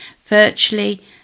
virtually